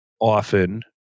often